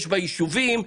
יש ביישובים.